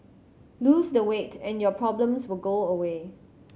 lose the weight and your problems will go away